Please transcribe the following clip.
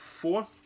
four